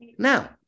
Now